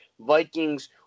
Vikings